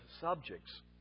subjects